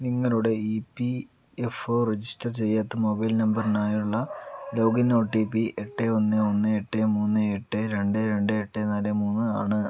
നിങ്ങളുടെ E P F O register ചെയ്യാത്ത mobile നമ്പറിനായുള്ള ലോഗിൻ ഒ ടി പി എട്ട് ഒന്ന് ഒന്ന് എട്ട് മൂന്ന് എട്ട് രണ്ട് രണ്ട് എട്ട് നാല് മൂന്ന് ആണ്